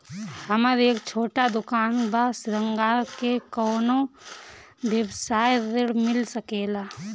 हमर एक छोटा दुकान बा श्रृंगार के कौनो व्यवसाय ऋण मिल सके ला?